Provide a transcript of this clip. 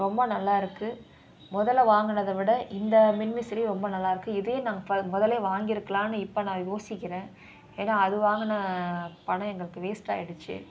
ரொம்ப நல்லா இருக்குது முதல்ல வாங்கினத விட இந்த மின்விசிறி ரொம்ப நல்லா இருக்குது இதே நாங்கள் பா முதல்லே வாங்கிருக்கலாம்னு இப்போ நான் யோசிக்கின்றேன் ஏன்னால் அது வாங்குன பணம் எங்களுக்கு வேஸ்ட் ஆகிடுச்சி